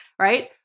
right